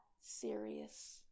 serious